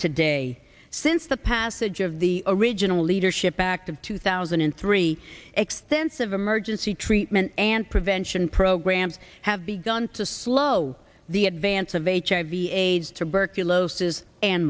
today since the passage of the original leadership back to two thousand and three extensive emergency treatment and prevention programs have begun to slow the advance of hiv aids tuberculosis and